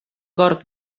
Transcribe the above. gorg